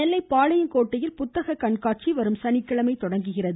நெல்லை பாளையங்கோட்டையில் புத்தக கண்காட்சி வரும் சனிக்கிழமை தொடங்குகிறது